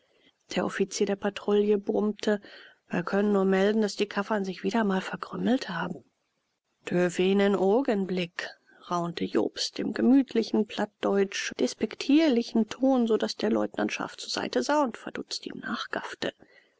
der offizier der patrouille brummte wir können nur melden daß die kaffern sich wieder mal verkrümelt haben töv enen ogenblick raunte jobst im gemütlichen plattdeutsch despektierlichen ton so daß der leutnant scharf zur seite sah und verdutzt ihm nachgaffte